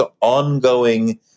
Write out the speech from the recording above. ongoing